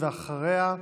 ואחריה,